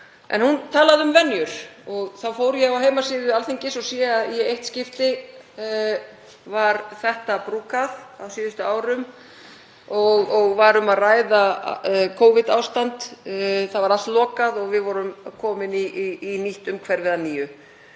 En hún talaði um venjur og þá fór ég á heimasíðu Alþingis og sé að í eitt skipti var þetta brúkað á síðustu árum og var um að ræða Covid-ástand, það var allt lokað og við vorum komin í nýtt umhverfi að nýju.